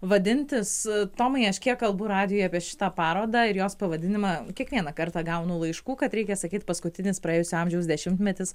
vadintis tomai aš kiek kalbu radijuj apie šitą parodą ir jos pavadinimą kiekvieną kartą gaunu laiškų kad reikia sakyti paskutinis praėjusio amžiaus dešimtmetis